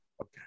Okay